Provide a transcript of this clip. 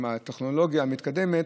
עם הטכנולוגיה המתקדמת,